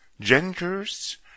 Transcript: genders